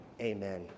Amen